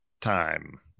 time